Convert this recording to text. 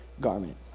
garment